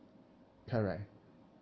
correct